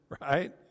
right